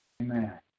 Amen